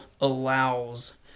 allows